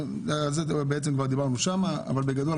על זה דיברנו שם אבל בגדול,